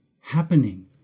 happening